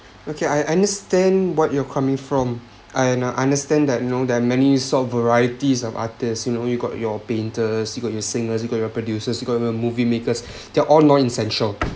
okay I understand what you're coming from I understand that you know there are many sort of varieties of artists you know you've got your painters you got your singers you got your producers you got your moviemakers they're all non essential